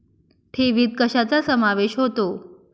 ठेवीत कशाचा समावेश होतो?